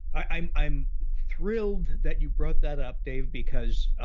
i'm i'm thrilled that you brought that up, dave, because. ah